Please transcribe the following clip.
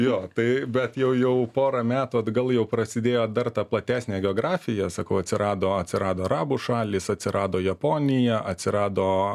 jo tai bet jau jau porą metų atgal jau prasidėjo dar ta platesnė geografija sakau atsirado atsirado arabų šalys atsirado japonija atsirado